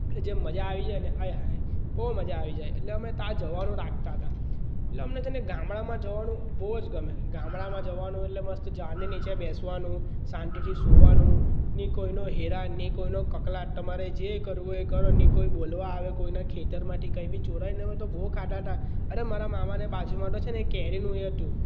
એ જે મજા આવી જાય ને આય હાય બહુ મજા આવી જાય એટલે અમે ત્યાં જવાનું રાખતા હતા એટલે અમને છે ને ગામડામાં જવાનું બહુ જ ગમે ગામડામાં જવાનું એટલે મસ્ત ઝાડની નીચે બેસવાનું શાંતિથી સુવાનું ની કોઈનો હેરાન ની કોઈનો કકળાટ તમારે જે કરવું હોય એ કરો ની કોઈ બોલવા આવે કોઈના ખેતરમાંથી કંઈ બી ચોરાઈ ને અમે તો બઉ ખાતા હતા અરે મારા મામાને બાજુમાં તો છે ને એક કેરીનું એ હતું